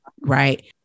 right